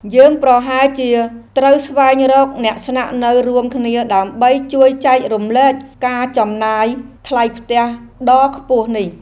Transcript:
យើងប្រហែលជាត្រូវស្វែងរកអ្នកស្នាក់នៅរួមគ្នាដើម្បីជួយចែករំលែកការចំណាយថ្លៃផ្ទះដ៏ខ្ពស់នេះ។